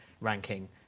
ranking